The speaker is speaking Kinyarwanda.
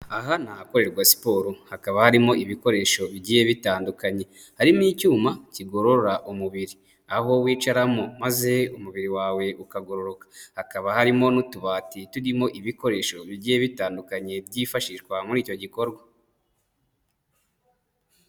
Aha ni ahakorerwa siporo, hakaba harimo ibikoresho bigiye bitandukanye. Harimo icyuma kigorora umubiri, aho wicaramo maze umubiri wawe ukagororoka. Hakaba harimo n'utubati turimo ibikoresho bigiye bitandukanye byifashishwa muri icyo gikorwa.